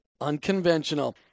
unconventional